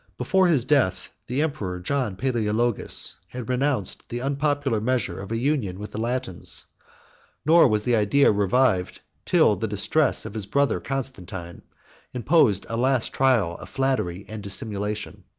before his death, the emperor john palaeologus had renounced the unpopular measure of a union with the latins nor was the idea revived, till the distress of his brother constantine imposed a last trial of flattery and dissimulation.